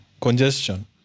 congestion